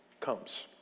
comes